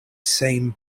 same